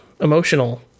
emotional